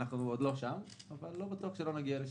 אנחנו עוד לא שם אבל לא בטוח שלא נגיע לשם.